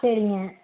சரிங்க